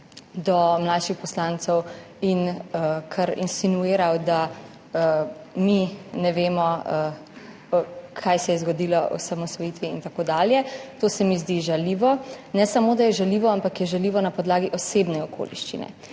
do mlajših poslancev in kar insinuiral, da mi ne vemo, kaj se je zgodilo ob osamosvojitvi in tako dalje. To se mi zdi žaljivo. Ne samo da je žaljivo, ampak je žaljivo na podlagi osebne okoliščine.